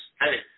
hey